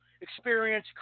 experience